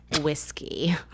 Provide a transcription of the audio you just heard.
Whiskey